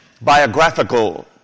Biographical